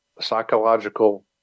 psychological